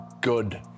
Good